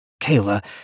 Kayla